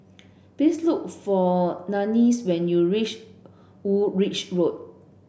please look for Nanie's when you reach Woolwich Road